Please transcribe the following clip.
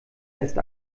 ist